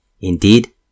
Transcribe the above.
Indeed